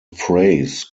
phrase